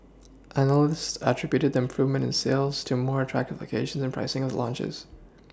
analysts attributed the improvement in sales to more attractive locations and pricing of the launches